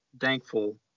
thankful